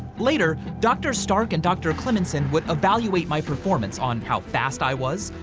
later, dr. stark and dr. clemenson would evaluate my performance on how fast i was,